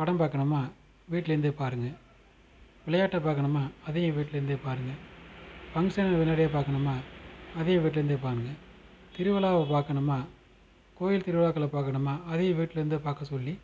படம் பார்க்கணுமா வீட்டிலேந்தே பாருங்கள் விளையாட்டை பார்க்கணுமா அதையும் வீட்டிலேந்தே பாருங்கள் ஃபங்க்ஷனை உடனடியாக பார்க்கணுமா அதையும் வீட்டிலேந்தே பாருங்கள் திருவிழாவ பார்க்கணுமா கோயில் திருவிழாக்களை பார்க்கணுமா அதையும் வீட்டிலேந்தே பார்க்க சொல்லி